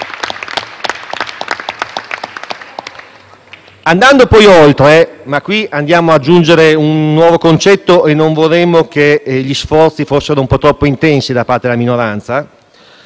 Andando oltre - ma qui andiamo ad aggiungere un nuovo concetto e non vorremmo che gli sforzi fossero un po' troppo intensi da parte della minoranza